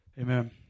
Amen